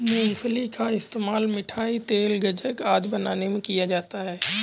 मूंगफली का इस्तेमाल मिठाई, तेल, गज्जक आदि बनाने में किया जाता है